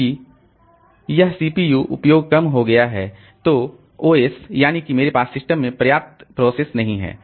चूंकि यह सीपीयू उपयोग कम हो गया है तो OS यानी कि मेरे पास सिस्टम में पर्याप्त प्रोसेस नहीं हैं